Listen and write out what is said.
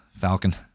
Falcon